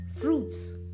fruits